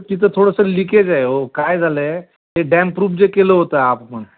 तिथं थोडंसं लिकेज आहे हो काय झालं आहे ते डॅमप्रूफ जे केलं होतं आपण